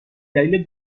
دلیل